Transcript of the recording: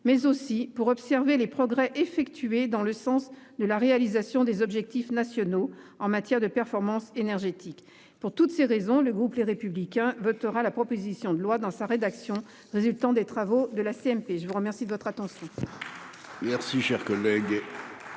mais aussi pour observer les progrès effectués dans le sens de la réalisation des objectifs nationaux en matière de performance énergétique. Pour toutes ces raisons, le groupe Les Républicains votera en faveur de la proposition de loi, dans sa rédaction résultant des travaux de la CMP. La parole est à M. Dany Wattebled,